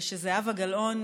ושזהבה גלאון,